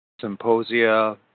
symposia